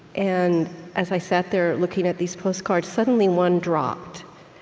and as i sat there looking at these postcards, suddenly, one dropped.